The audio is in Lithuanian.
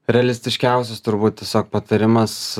realistiškiausias turbūt tiesiog patarimas